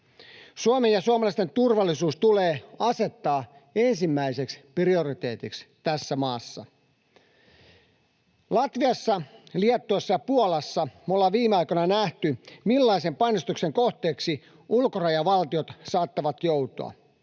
Suomen ja suomalaisten turvallisuus tulee asettaa ensimmäiseksi prioriteetiksi tässä maassa. Latviassa, Liettuassa ja Puolassa ollaan viime aikoina nähty, millaisen painostuksen kohteeksi ulkorajavaltiot saattavat joutua.